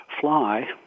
fly